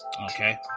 okay